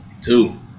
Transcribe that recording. Two